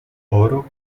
oro